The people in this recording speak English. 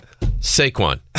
Saquon